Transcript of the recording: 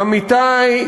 עמיתי,